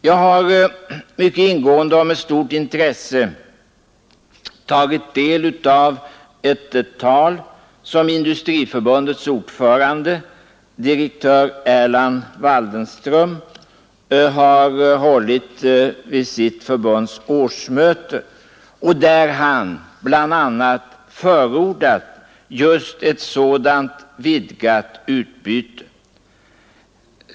Jag har mycket ingående och med stort intresse tagit del av det tal som Industriförbundets ordförande, direktör Erland Waldenström, har hållit vid sitt förbunds årsmöte, där han bl.a. förordat just ett sådant vidgat utbyte.